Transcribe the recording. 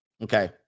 Okay